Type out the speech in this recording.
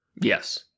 Yes